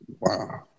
Wow